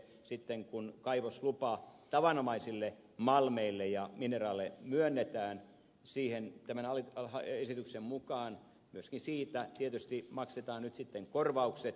sitten kun kaivoslupa tavanomaisille malmeille ja mineraaleille myönnetään siitä tämän esityksen mukaan myöskin tietysti maksetaan nyt sitten korvaukset